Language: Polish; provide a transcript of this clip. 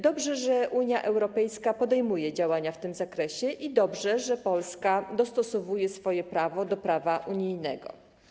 Dobrze, że Unia Europejska podejmuje działania w tym zakresie, i dobrze, że Polska dostosowuje swoje prawo do prawa unijnego.